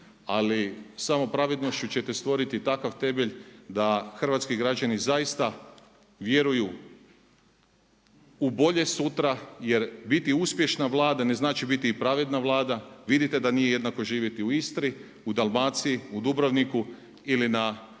ali samo pravednošću ćete stvoriti takav temelj da hrvatski građani zaista vjeruju u bolje sutra jer biti uspješna vlada ne znači biti i pravedna vlada. Vidite da nije jednako živjeti u Istri, u Dalmaciji, u Dubrovniku ili na našem